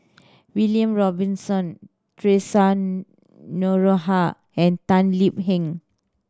William Robinson Theresa Noronha and Tan Lip Heng